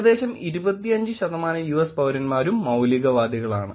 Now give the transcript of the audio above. ഏകദേശം 25 ശതമാനം യുഎസ് പൌരന്മാരും മൌലികവാദികളാണ്